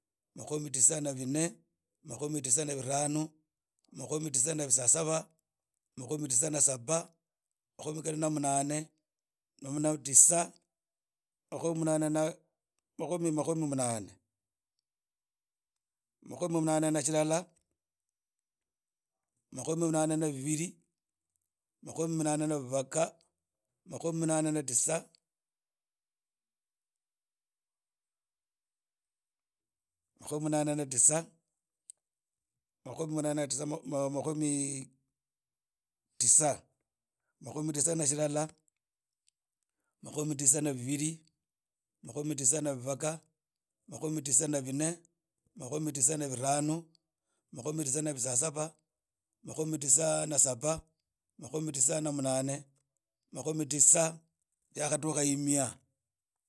Makhomi tisa na bine makhomi tisa na birhano makhomi tisa na bisasaba makhomi tisa na munane mm na tisa mkhomi munane na makhomi mnane makhomi munane na shillala makhomi mnane na bibiri makhomi mnane na bibaga mkhomi mnane na tisa makhomi mnane na tisa ma makhomiii tisa makhomi tisa na shillala makhomi tisa na bibili mamkhomi tisa na bibaga makhomi tisana bine mamkhomi tisana brhano makhomi tisana bisasaba makhomi tisa na saba makhomi tisa na munane makhomi tisa na tisa yakhadukha mia.